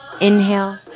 Inhale